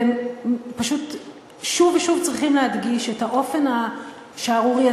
ופשוט שוב ושוב צריכים להדגיש את האופן השערורייתי,